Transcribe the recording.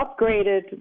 upgraded